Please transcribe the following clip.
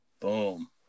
Boom